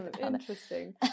interesting